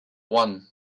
one